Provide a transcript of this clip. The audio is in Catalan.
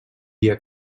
dia